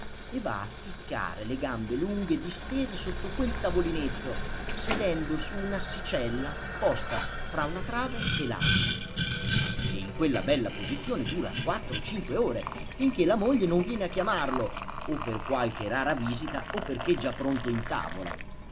e va a ficcare le gambe lunghe distese sotto quel tavolinetto sedendo su un'assicella posta fra una trave e l'altra e in quella bella posizione dura quattro e cinque ore finché la moglie non viene a chiamarlo o per qualche rara visita o perché già pronto in tavola